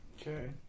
Okay